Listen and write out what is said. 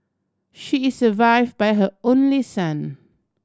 she is survived by her only son